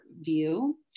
view